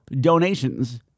donations